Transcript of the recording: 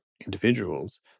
individuals